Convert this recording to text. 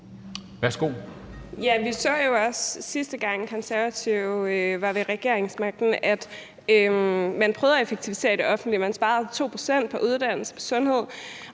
Vi så jo også, sidste gang Konservative var ved regeringsmagten, at man prøvede at effektivisere i det offentlige – man sparede 2 pct. på uddannelse og sundhed.